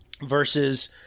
versus